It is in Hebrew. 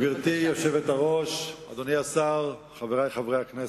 גברתי היושבת-ראש, אדוני השר, חברי חברי הכנסת,